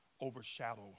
overshadow